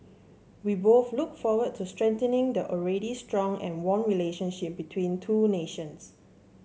we both look forward to strengthening the already strong and warm relationship between two nations